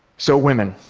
so women,